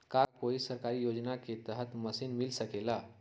का कोई सरकारी योजना के तहत कोई मशीन मिल सकेला?